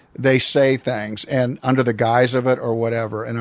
they say things and under the guise of it or whatever. and